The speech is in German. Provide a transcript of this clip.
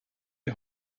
die